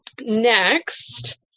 Next